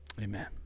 amen